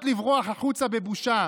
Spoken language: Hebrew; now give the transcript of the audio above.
לפחות לברוח החוצה בבושה,